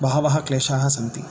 बहवः क्लेशाः सन्ति